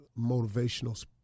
motivational